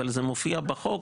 אבל זה מופיע בחוק.